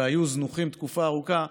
שהיו זנוחים תקופה ארוכה.